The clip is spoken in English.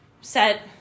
set